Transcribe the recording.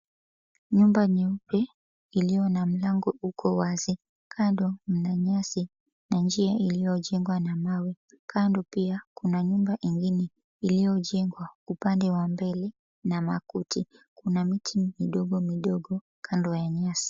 Nyumba nyeupe iliyo na mlango uko wazi, kando mna nyasi na njia iliyojenjegwa na mawe, kando pia mna nyumba nyingine iliyojengwa upande wa mbele na makuti. Kuna miti midogo midogo kando ya nyasi.